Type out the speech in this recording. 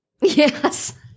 yes